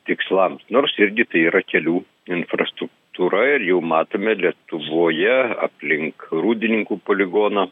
tikslams nors irgi tai yra kelių infrastruktūra ir jau matome lietuvoje aplink rūdininkų poligoną